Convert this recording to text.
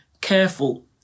careful